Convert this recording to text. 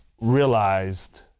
realized